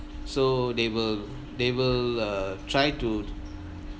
so they will they will uh try to